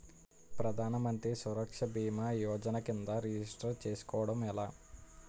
ప్రధాన మంత్రి సురక్ష భీమా యోజన కిందా రిజిస్టర్ చేసుకోవటం ఎలా?